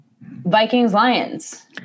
Vikings-Lions